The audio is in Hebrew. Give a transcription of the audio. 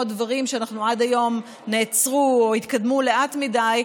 דברים שעד היום נעצרו או התקדמו לאט מדי,